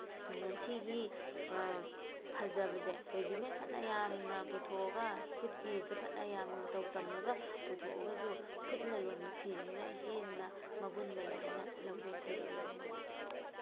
ꯉꯁꯤꯒꯤ ꯐꯖꯕꯁꯦ ꯔꯦꯗꯤꯃꯦꯠ ꯐꯅ ꯌꯥꯝꯅ ꯄꯨꯊꯣꯛꯑꯒ ꯈꯨꯠꯀꯤꯗ ꯐꯅ ꯌꯥꯝꯅ ꯃꯇꯧ ꯇꯝꯂꯒ ꯄꯨꯊꯣꯛꯑꯒꯁꯨ ꯈꯨꯠꯅ ꯂꯣꯟꯕ ꯐꯤꯁꯤꯅ ꯍꯦꯟꯅ ꯃꯒꯨꯟ ꯂꯩ ꯍꯥꯏꯅ ꯂꯧꯖꯩ ꯑꯩꯒꯤ ꯑꯣꯏꯕ ꯃꯣꯠꯇ